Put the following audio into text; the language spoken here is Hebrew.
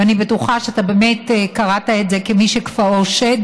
ואני בטוחה שאתה קראת את זה כמי שכפאו שד,